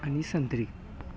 आणि संत्री